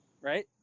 right